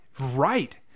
Right